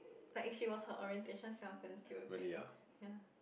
like if she was her orientation self then still okay ya